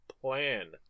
plan